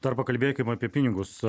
dar pakalbėkim apie pinigus